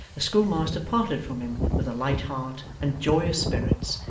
the schoolmaster parted from him with a light heart and joyous spirits,